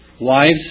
Wives